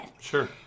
Sure